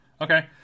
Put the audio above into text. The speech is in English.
Okay